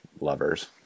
lovers